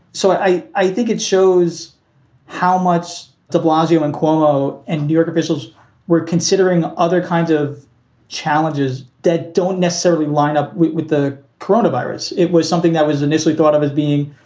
so i i think it shows how much de blasio and cuomo and new york officials were considering other kinds of challenges that don't necessarily line up with the corona virus. it was something that was initially thought of as being,